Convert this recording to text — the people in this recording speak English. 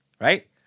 Right